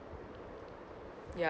ya